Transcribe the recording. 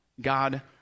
God